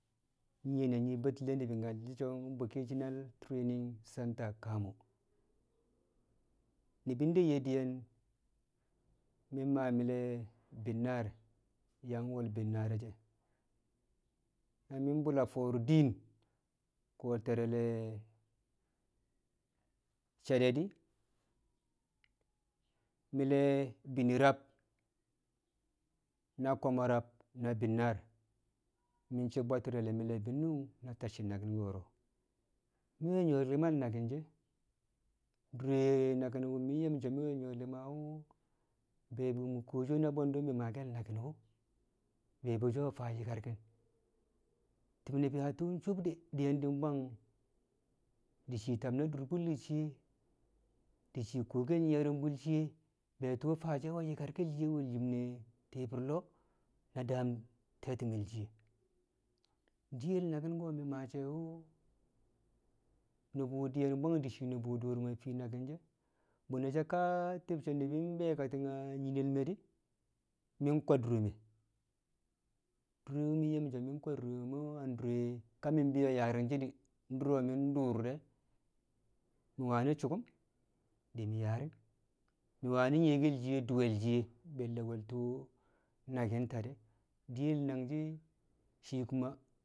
nyiye na nyii Batile ni̱bi̱ nyalshi̱ so̱ Vocational Training Centre Kamo ni̱bi̱ deyye di̱ye̱n mi̱ mmaa mi̱le̱ bi̱nnaar, yang wel bi̱nnaare̱ she̱, na mi̱ bṵl fo̱o̱r di̱n ko̱ te̱re̱l she̱de̱ di mi̱le̱ bi̱na rab na koomo rab na bi̱nnaar, mi̱ sṵk bwatti̱re̱ mi̱le̱ bi̱nnu̱ng na tacci̱ naki̱n ko̱ro̱ mi̱ nyṵwo̱ li̱mal naki̱n she̱ dṵre naki̱n wṵ mi̱ nye̱ mi̱ so̱ mi̱ we̱ nyṵwo̱ li̱ma wṵ be̱e̱ bu mi̱ kuwoshi̱ na bwe̱ndṵ maake̱l naki̱no̱ be̱e̱ bu̱ she̱ we̱ faa nyikarki̱n ti̱b ni̱bi̱ a tu̱u̱ so̱b de̱ di̱ye̱n shii bwang ta na dur bṵlle̱ shiye, de̱ shii kuwokel ye̱rṵmbṵl shiye, be tu̱u̱ faashe̱ we nyi̱kar shi̱ye we̱l yim ne̱ ti̱i̱bi̱r lo̱o̱ na daam te̱ti̱me̱ shi̱ye. Di̱ye̱l naki̱n ko̱ mi̱ maa so̱ wṵ di̱ye̱n shii bwang nṵbṵ dṵu̱rum ne fii nakin she̱, bṵne she ka ti̱b she̱ be̱e̱ kating a nyine̱l me̱ di̱ mi̱ kwa dṵro̱ me̱. Dure̱ wṵ me̱ nye̱ mi so̱ mi̱ kwa dure me̱ o̱ adṵre mi̱ ka bi̱yo̱ fii yaaring shi̱ di̱, nduro mi̱ dṵrṵl de̱ mi̱ wani sṵṵkṵm di̱ mi̱ yaari̱ng mi̱ wani̱ nyi̱ye̱ke̱l shi̱ye dṵwe̱l shi̱ye be̱e̱le̱ wel tṵṵ naki̱n ta de̱ diyen nangshi̱ shii kuma.